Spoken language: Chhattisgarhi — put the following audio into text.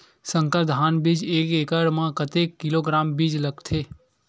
संकर धान बीज एक एकड़ म कतेक किलोग्राम बीज लगथे?